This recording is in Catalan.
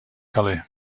calais